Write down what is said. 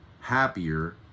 happier